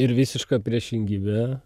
ir visiška priešingybė